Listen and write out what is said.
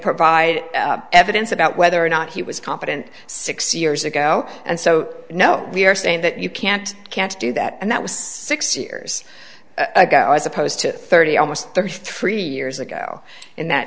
provide evidence about whether or not he was competent six years ago and so no we are saying that you can't can't do that and that was six years ago as opposed to thirty almost thirty three years ago in that